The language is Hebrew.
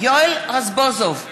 יואל רזבוזוב,